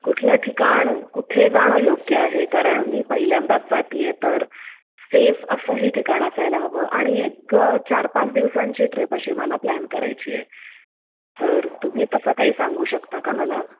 कुठलं ठिकाण कुठे जाणं योग्य आहे कारण मी पहिल्यांदाच जाते आहे तर सेफ असंही ठिकाण असायला हवं आणि एक चार पाच दिवसांची ट्रीप अशी मला प्लॅन करायची आहे तर तुम्ही तसं काही सांगू शकता का मला